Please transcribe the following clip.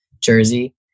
Jersey